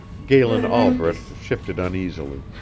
galen albret shifted uneasily,